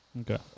okay